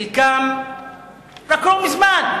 חלקם רק לא מזמן,